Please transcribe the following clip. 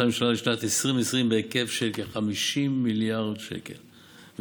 הממשלה לשנת 2020 בהיקף של כ-50 מיליארד שקלים,